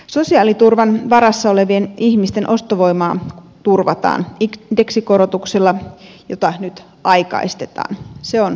sosiaaliturvan varassa olevien ihmisten ostovoimaa turvataan indeksikorotuksella jota nyt aikaistetaan se on tärkeätä